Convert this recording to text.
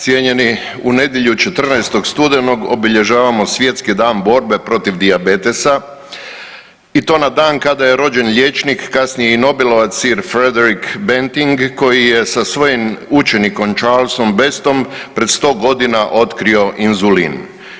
Cijenjeni, u nedjelju 14. studenog obilježavamo Svjetski dan borbe protiv dijabetesa i to na dan kada je rođen liječnik, kasnije i nobelovac Sir Frederick Bantnig koji se sa svojim učenikom Charlsom Bestom pred 100 godina otkrio inzulin.